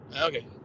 Okay